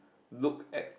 look at